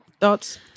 thoughts